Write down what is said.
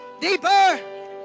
Deeper